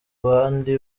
bandi